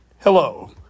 Hello